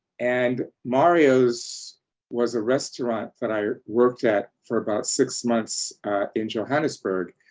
and mario's was a restaurant that i worked at for about six months in johannesburg,